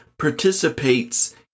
participates